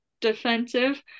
defensive